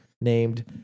named